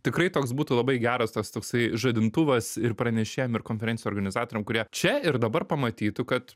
tikrai toks būtų labai geras tas toksai žadintuvas ir pranešėjam ir konferencijų organizatoriam kurie čia ir dabar pamatytų kad